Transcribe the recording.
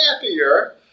happier